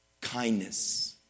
Kindness